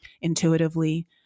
intuitively